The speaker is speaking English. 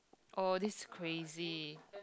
oh this crazy